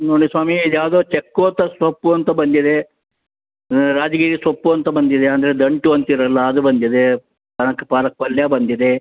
ನೋಡಿ ಸ್ವಾಮಿ ಇದು ಯಾವುದೋ ಚಕ್ಕೋತ ಸೊಪ್ಪು ಅಂತ ಬಂದಿದೆ ರಾಜಗಿರಿ ಸೊಪ್ಪು ಅಂತ ಬಂದಿದೆ ಅಂದರೆ ದಂಟು ಅಂತಿರಲ್ಲ ಅದು ಬಂದಿದೆ ಪಾಲಕ್ ಪಾಲಕ್ ಪಲ್ಯ ಬಂದಿದೆ